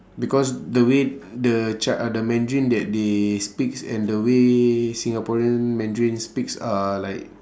because the way the chi~ uh the mandarin that they speaks and the way singaporean mandarin speaks are like